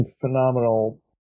phenomenal